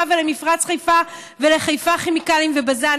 ולמפרץ חיפה ולחיפה כימיקלים ובז"ן,